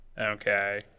Okay